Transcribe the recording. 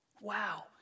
Wow